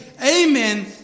amen